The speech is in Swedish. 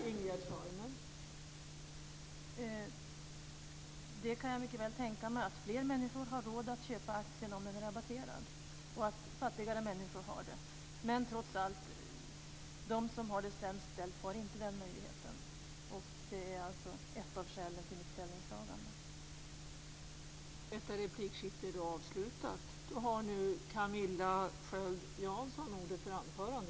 Fru talman! Jag kan mycket väl tänka mig att fler människor, även fattigare människor, har råd att köpa aktien om den är rabatterad. Men de som har det sämst ställt har trots allt inte den möjligheten. Det är alltså ett av skälen till mitt ställningstagande.